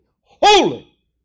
holy